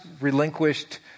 relinquished